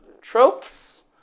tropes